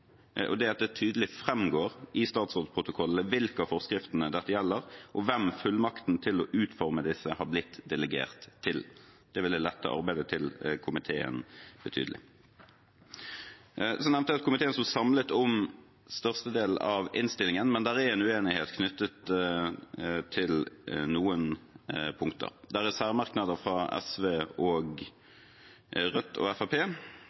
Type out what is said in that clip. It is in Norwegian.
og det er at det tydelig framgår i statsrådsprotokollene hvilke av forskriftene dette gjelder, og hvem fullmakten til å utforme disse, er blitt delegert til. Det ville lette arbeidet til komiteen betydelig. Så nevnte jeg at komiteen står samlet om størstedelen av innstillingen, men det er en uenighet knyttet til noen punkter. Det er særmerknader fra SV, Rødt og